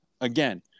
again